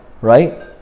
right